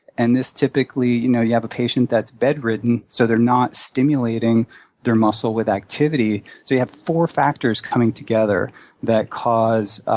and this typically, you know, you have a patient that's bedridden, so they're not stimulating their muscle with activity, so you have four factors coming together that cause